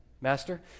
master